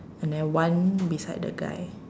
and then one beside the guy